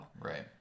Right